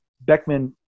Beckman